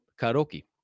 karaoke